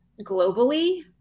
globally